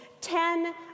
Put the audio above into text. ten